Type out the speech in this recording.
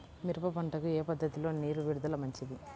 మిరప పంటకు ఏ పద్ధతిలో నీరు విడుదల మంచిది?